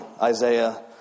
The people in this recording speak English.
Isaiah